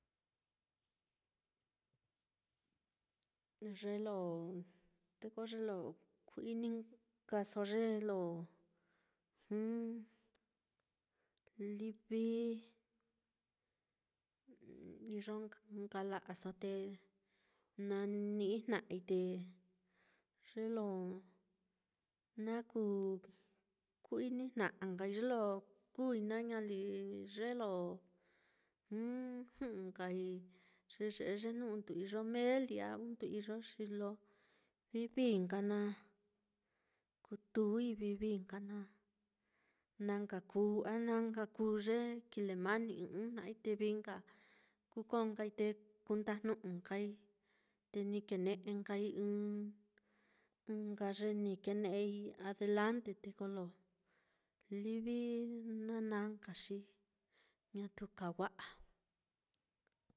Ye lo, te ko ye lo ku-ininkaso ye lo livi iyo nka la'aso te na nijna'ai, te ye lo na kuu ku-inijna'a nkai ye lo kuui naá ñali ye lo jɨ'ɨ nkai, ye ye'e ye jnu undu iyo meeli, a jnu undu iyo xi lo vivií nka naá kutui vivií nka na nka kuu a na nka kuu ye kile mani ɨ́ɨ́n ɨ́ɨ́n jna'ai te vivií kuko nka te kundajnu'u nkai, te ni kene'e nkai ɨ́ɨ́n, ɨ́ɨ́n nka ye ni kene'ei adelante, to kolo livi nana nka xi ñatu kaa wa'a.